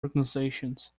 organisations